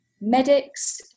medics